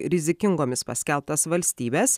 rizikingomis paskelbtas valstybes